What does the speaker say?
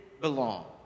belong